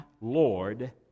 Lord